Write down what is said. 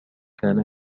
كان